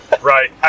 right